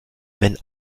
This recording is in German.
wenn